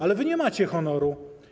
Ale wy nie macie honoru.